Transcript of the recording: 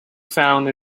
found